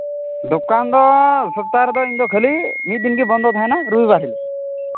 ᱫᱚᱠᱟᱱ ᱫᱚ ᱥᱚᱯᱛᱟᱦᱚ ᱨᱮᱫᱚ ᱠᱷᱟᱹᱞᱤ ᱢᱤᱫ ᱫᱤᱱ ᱜᱮ ᱵᱚᱱᱫᱚ ᱛᱟᱦᱮᱱᱟ ᱨᱚᱵᱤᱵᱟᱨ ᱦᱤᱞᱳᱜ